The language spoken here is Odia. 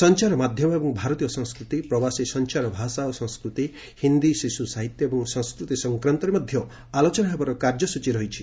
ସଂଚାର ମାଧ୍ୟମ ଏବଂ ଭାରତୀୟ ସଂସ୍କୃତି ପ୍ରବାସୀ ସଂଚାର ଭାଷା ଓ ସଂସ୍କୃତି ହିନ୍ଦୀ ଶିଶୁ ସାହିତ୍ୟ ଏବଂ ସଂସ୍କୃତି ସଂକ୍ରାନ୍ତରେ ମଧ୍ୟ ଆଲୋଚନା ହେବାର କାର୍ଯ୍ୟସୂଚୀ ରହିଛି